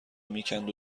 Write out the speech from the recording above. میکند